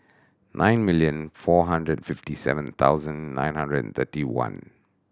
nine million four hundred fifty seven thousand nine hundred and thirty one